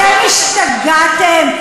אתם השתגעתם?